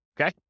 Okay